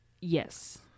Yes